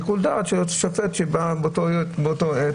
זה שיקול דעת של שופט שבא באותה עת,